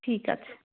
ঠিক আছে